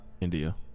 india